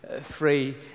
free